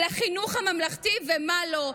לחינוך הממלכתי ומה לא?